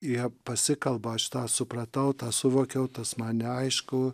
jie pasikalba aš tą supratau tą suvokiau tas man neaišku